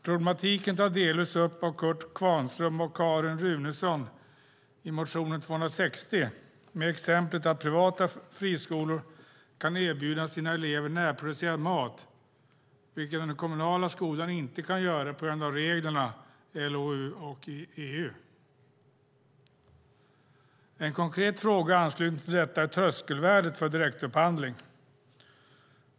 Problematiken tas delvis upp av Kurt Kvarnström och Carin Runeson i motionen 260 med exemplet att privata friskolor kan erbjuda sina elever närproducerad mat, vilket den kommunala skolan inte kan göra på grund av reglerna i LOU och EU. En konkret fråga i anslutning till detta är tröskelvärdet för direktupphandling.